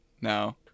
No